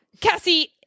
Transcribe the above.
cassie